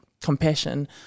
compassion